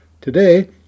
Today